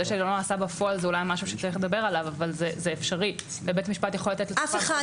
אולי צריך לדבר על זה שזה לא נעשה בפועל,